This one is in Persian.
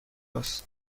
است